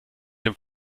dem